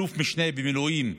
אלוף משנה במילואים,